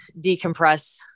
decompress